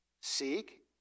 Seek